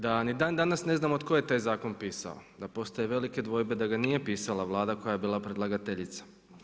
Da ni dandanas ne znamo tko je taj zakon pisao, da postoje velike dvojbe da ga nije pisala Vlada koja je bila predlagateljica.